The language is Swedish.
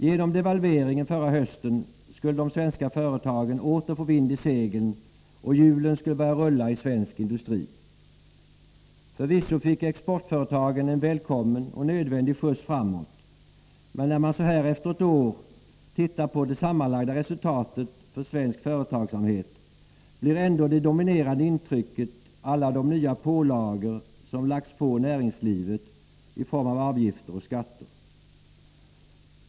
Genom devalveringen förra hösten skulle de svenska företagen åter få vind i seglen, och hjulen skulle börja rulla i svensk industri. Förvisso fick exportföretagen en välkommen och nödvändig skjuts framåt, men när man så här efter ett år tittar på det sammanlagda resultatet för svensk företagsamhet blir ändå det dominerande intrycket alla de nya pålagor som lagts på näringslivet i form av avgifter och skatter.